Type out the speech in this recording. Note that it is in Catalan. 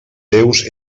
seus